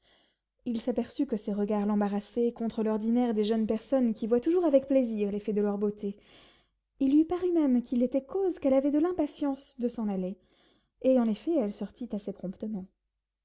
il s'aperçut que ses regards l'embarrassaient contre l'ordinaire des jeunes personnes qui voient toujours avec plaisir l'effet de leur beauté il lui parut même qu'il était cause qu'elle avait de l'impatience de s'en aller et en effet elle sortit assez promptement